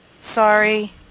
Sorry